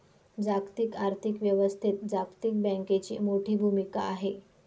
जागतिक आर्थिक व्यवस्थेत जागतिक बँकेची मोठी भूमिका आहे